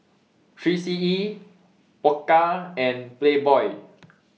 three C E Pokka and Playboy